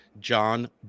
John